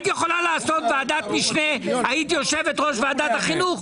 לעשות ועדת משנה לחינוך החרדי כשהיית יושבת ראש ועדת החינוך,